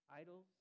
Idols